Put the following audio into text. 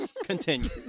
Continue